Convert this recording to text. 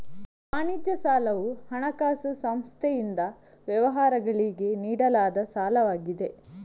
ವಾಣಿಜ್ಯ ಸಾಲವು ಹಣಕಾಸು ಸಂಸ್ಥೆಯಿಂದ ವ್ಯವಹಾರಗಳಿಗೆ ನೀಡಲಾದ ಸಾಲವಾಗಿದೆ